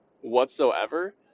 whatsoever